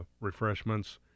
refreshments